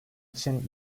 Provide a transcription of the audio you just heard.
için